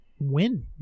win